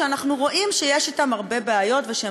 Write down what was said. שאנחנו רואים שיש אתם הרבה בעיות ושהם